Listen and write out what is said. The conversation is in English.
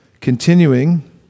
Continuing